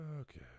Okay